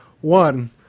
One